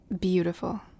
beautiful